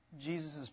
Jesus